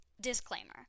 Disclaimer